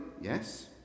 Yes